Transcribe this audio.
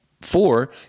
four